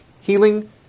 healing